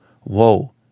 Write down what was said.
whoa